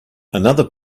another